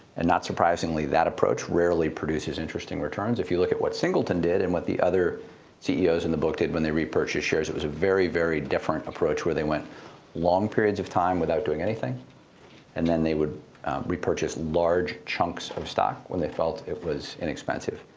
and not surprisingly, that approach rarely produces interesting returns. if you look at what singleton did and what the other ceos in the book did when they repurchased shares, it was a very, very different approach. they went long periods of time without doing anything and then they would repurchase large chunks of stock when they felt it was inexpensive.